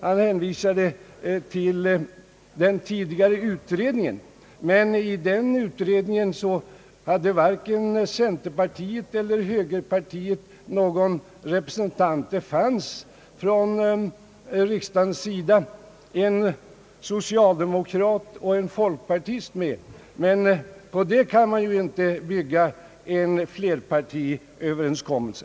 Han hänvisade också till den tidigare utredningen; men där hade varken centerpartiet eller högerpartiet någon representant — från riksdagens sida fanns en socialdemokrat och en folkpartist i utredningen, och på det kan man ju inte bygga en flerpartiöverenskommelse.